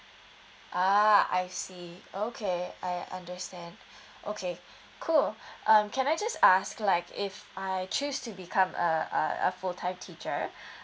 ah I see okay I understand okay cool um can I just ask like if I choose to become a a a full time teacher